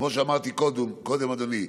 כמו שאמרתי קודם, אדוני,